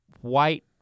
white